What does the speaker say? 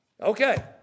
Okay